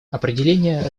определение